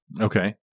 Okay